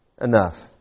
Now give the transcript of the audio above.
enough